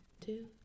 two